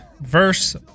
verse